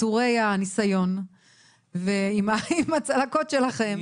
עטורי הניסיון ועם הצלקות שלכם.